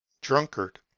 drunkard